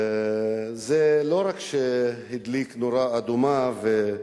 זה לא רק הדליק נורה אדומה, כנראה,